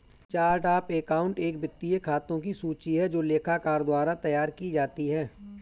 chart of account एक वित्तीय खातों की सूची है जो लेखाकार द्वारा तैयार की जाती है